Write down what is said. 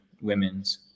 women's